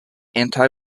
anti